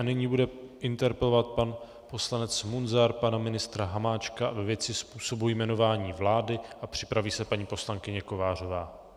Nyní bude interpelovat pan poslanec Munzar pana ministra Hamáčka ve věci způsobu jmenování vlády a připraví se paní poslankyně Kovářová.